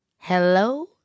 hello